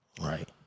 right